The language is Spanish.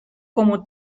como